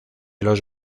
los